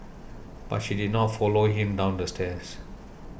but she did not follow him down the stairs